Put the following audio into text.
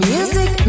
Music